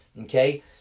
Okay